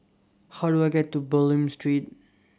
How Do I get to Bulim Street